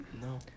no